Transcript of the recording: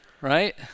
right